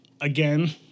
again